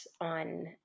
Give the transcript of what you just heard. on